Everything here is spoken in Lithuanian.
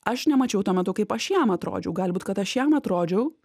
aš nemačiau tuo metu kaip aš jam atrodžiau gali būt kad aš jam atrodžiau